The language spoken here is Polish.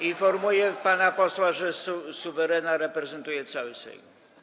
Informuję pana posła, że suwerena reprezentuje cały Sejm.